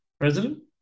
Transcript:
president